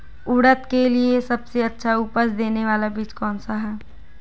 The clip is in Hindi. उड़द के लिए सबसे अच्छा उपज देने वाला बीज कौनसा है?